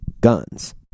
guns